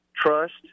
trust